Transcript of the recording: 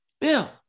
Bill